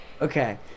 Okay